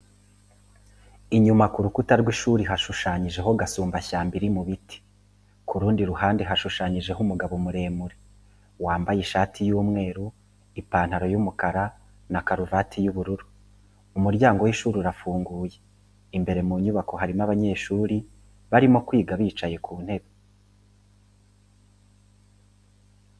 Inyuma ku rukuta rw'ishuri hashushanyijeho agasumbashyamba iri mu biti, ku rundi ruhande hashushanyije umugabo muremure, wamabaye ishati y'umweru, ipantaro y'umukara na karuvati y'ubururu, umuryango w'ishuri urafunguye imbere mu nyubako harimo abanyeshuri barimo kwiga bicaye ku ntebe.